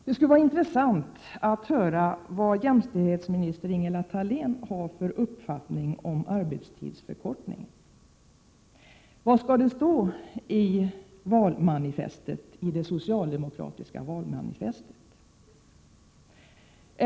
Det skulle vara av intresse att höra vad jämställdhetsminister Ingela Thalén har för uppfattning om arbetstidsförkortning. Vad skall det stå i det socialdemokratiska valmanifestet?